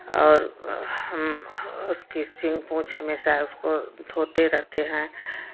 और हम उसकी सिंग पूँछ हमेशा उसको धोते रहते हैं